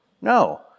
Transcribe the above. No